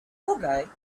coming